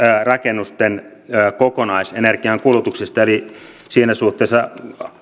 rakennusten kokonaisenergiankulutuksesta eli siinä suhteessa